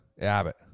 Abbott